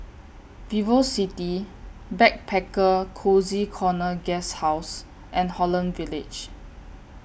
Vivocity Backpacker Cozy Corner Guesthouse and Holland Village